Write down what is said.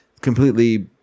completely